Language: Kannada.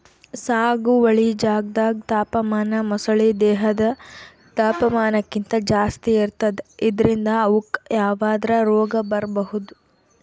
ಸಾಗುವಳಿ ಜಾಗ್ದಾಗ್ ತಾಪಮಾನ ಮೊಸಳಿ ದೇಹದ್ ತಾಪಮಾನಕ್ಕಿಂತ್ ಜಾಸ್ತಿ ಇರ್ತದ್ ಇದ್ರಿಂದ್ ಅವುಕ್ಕ್ ಯಾವದ್ರಾ ರೋಗ್ ಬರ್ಬಹುದ್